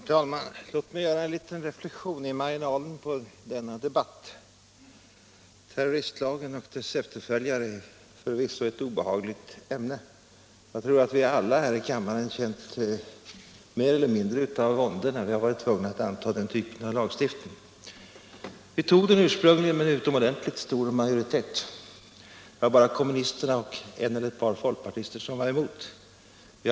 Herr talman! Låt mig göra en liten reflexion i marginalen till denna debatt. Terroristlagen och dess efterföljare är förvisso ett obehagligt ämne. Jag tror att vi alla här i kammaren känt mer eller mindre uttalad vånda när vi har varit tvungna att anta denna typ av lagstiftning. Vi antog den ursprungligen med en utomordentligt stor majoritet — det var bara kommunisterna och en eller ett par folkpartister som var emot den.